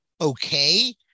okay